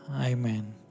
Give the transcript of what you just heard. amen